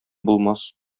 булмас